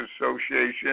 Association